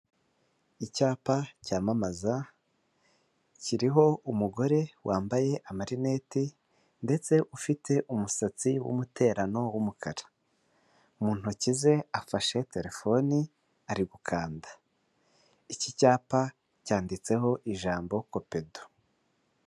Icyapa cyamamaza kiriho umugore wambaye amarineti ndetse ufite umusatsi w'umuterano w'umukara, mu ntoki ze afashe telefoni ari gukanda iki cyapa cyanditseho ijambo copedu.